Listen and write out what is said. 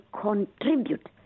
contribute